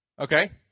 Okay